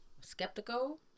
skeptical